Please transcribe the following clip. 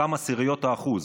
אותם עשיריות האחוז,